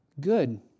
good